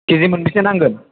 केजि बेसे नांगोन